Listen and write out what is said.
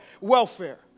welfare